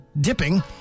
dipping